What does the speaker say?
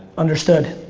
understood.